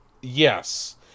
Yes